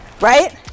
Right